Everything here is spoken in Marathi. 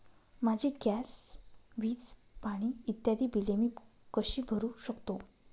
माझी गॅस, वीज, पाणी इत्यादि बिले मी कशी भरु शकतो?